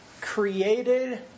created